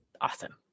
awesome